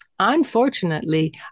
Unfortunately